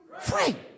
free